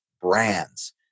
brands